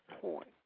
point